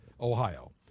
Ohio